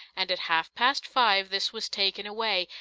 and at half-past five this was taken away,